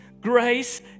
grace